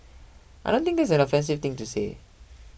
I don't think that's an offensive thing to say